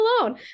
alone